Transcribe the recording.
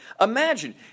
Imagine